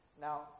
Now